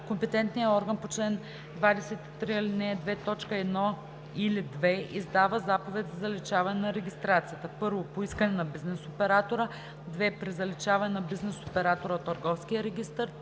Компетентният орган по чл. 23, ал. 2, т. 1 или 2 издава заповед за заличаване на регистрацията: 1. по искане на бизнес оператора; 2. при заличаване на бизнес оператора от търговския регистър;